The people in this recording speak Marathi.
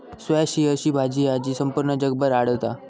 स्क्वॅश ही अशी भाजी हा जी संपूर्ण जगभर आढळता